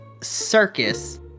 circus